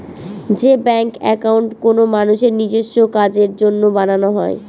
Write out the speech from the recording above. যে bank account কোনো মানুষের নিজেস্ব কাজের জন্য বানানো হয়